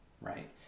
right